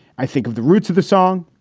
i think of the roots of the song.